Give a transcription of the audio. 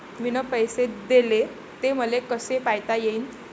मिन पैसे देले, ते मले कसे पायता येईन?